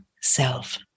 self